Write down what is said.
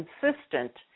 consistent